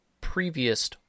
previous